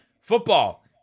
Football